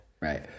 Right